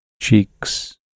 cheeks